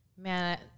Man